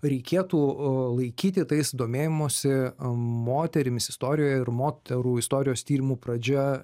reikėtų laikyti tais domėjimosi moterimis istorijoje ir moterų istorijos tyrimų pradžia